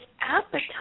appetite